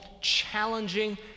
challenging